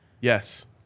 yes